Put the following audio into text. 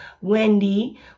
Wendy